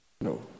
No